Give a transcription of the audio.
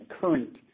current